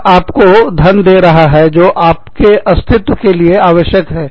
यह आपको धन दे रहा है जो आप के अस्तित्व के लिए आवश्यक है